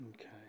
okay